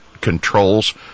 controls